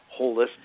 holistic